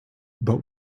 but